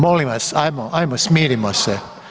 Molim vas hajmo smirimo se.